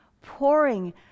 pouring